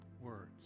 words